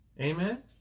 Amen